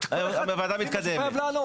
הוועדה מתקדמת.